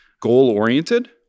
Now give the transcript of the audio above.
goal-oriented